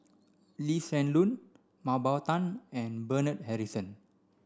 Lee Hsien Loong Mah Bow Tan and Bernard Harrison